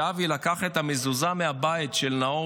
שאבי לקח את המזוזה מהבית של נאור